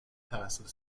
توسط